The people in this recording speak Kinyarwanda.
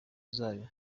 zayo